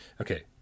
Okay